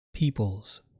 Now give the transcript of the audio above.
peoples